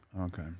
Okay